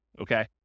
okay